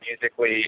musically